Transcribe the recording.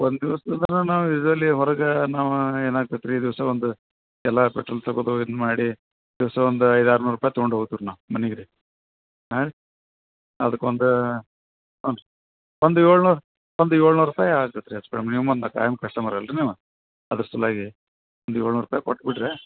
ಒಂದು ದಿವ್ಸ್ದು ಅಂದ್ರೆ ನಾವು ಇದರಲ್ಲಿ ಹೊರಗೆ ನಾವು ಏನಾಗ್ತತೆ ರೀ ದಿವಸ ಒಂದು ಎಲ್ಲ ಪೆಟ್ರೋಲ್ ತೆಗೆದು ಇದು ಮಾಡಿ ದಿವಸ ಒಂದು ಐದು ಆರ್ನೂರು ರೂಪಾಯಿ ತಗೊಂಡು ಹೋಗ್ತೀವಿ ರೀ ನಾವು ಮನಿಗೆ ರೀ ಹಾಂ ಅದಕ್ಕೆ ಒಂದು ಒಂದು ಏಳ್ನೂರು ಒಂದು ಏಳ್ನೂರು ರೂಪಾಯಿ ಆಗ್ತತೆ ರೀ ಹೆಚ್ಚು ಕಡ್ಮೆ ಖಾಯಂ ಕಸ್ಟಮರ್ ಅಲ್ಲ ರೀ ನೀವು ಅದ್ರ ಸಲುವಾಗಿ ಒಂದು ಏಳ್ನೂರು ರೂಪಾಯಿ ಕೊಟ್ಟು ಬಿಡಿರಿ